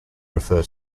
refer